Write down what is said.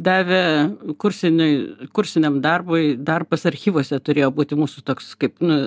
davė kursinį kursiniam darbui darbas archyvuose turėjo būti mūsų toks kaip nu